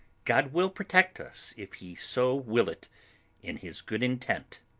god will protect us if he so will it in his good intent.